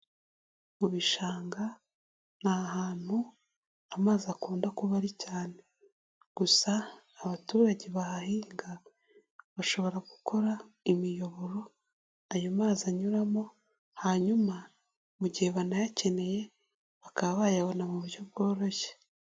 Mu bishanga ni ahantu amazi akunda kuba ari cyane, gusa abaturage bahahiga bashobora gukora imiyoboro ayo mazi anyuramo hanyuma mu gihe banayakeneye bakaba bayabona mu buryo bworoshye.